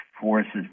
forces